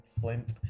Flint